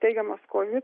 teigiamas kovid